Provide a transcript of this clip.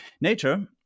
Nature